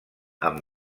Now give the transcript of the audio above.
amb